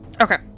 okay